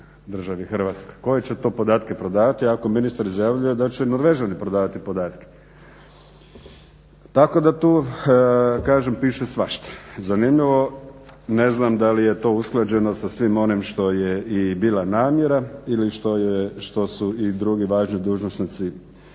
državi Hrvatskoj. Koje će to podatke prodavati ako ministar izjavljuje da će Norvežani prodavati podatke? Tako da tu kažem piše svašta. Zanimljivo, ne znam da li je to usklađeno sa svim onim što je i bila namjera i što su i drugi važni dužnosnici